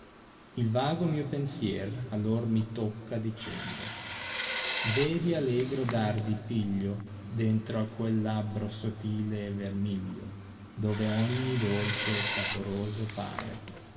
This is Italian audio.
il vago mio pensier allor mi tocca dicendo vedi allegro dar di piglio dentro a quel labbro sottile e tenniglio dove ogni dolce e saporoso pare